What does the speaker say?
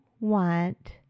want